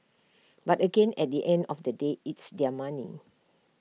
but again at the end of the day it's their money